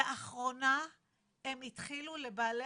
לאחרונה לבעלי